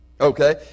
Okay